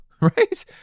right